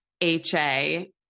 HA